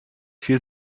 viel